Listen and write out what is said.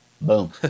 Boom